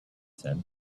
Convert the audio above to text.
said